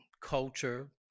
culture